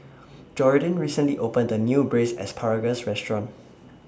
Jordyn recently opened A New Braised Asparagus Restaurant